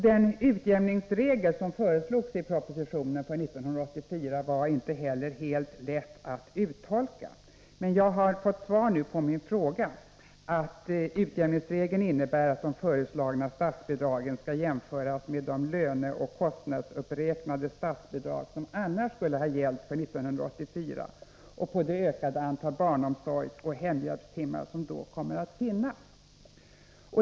Den utjämningsregel som föreslogs i propositionen för 1984 var inte heller helt lätt att uttolka, men jag har nu fått svar på min fråga, nämligen att utjämningsregeln innebär att de föreslagna statsbidragen skall jämföras med de löneoch kostnadsuppräknade statsbidrag som annars skulle ha gällt för 1984, och med hänsyn till det ökade antal barnomsorgsoch hemhjälpstimmar som då kommer att finnas.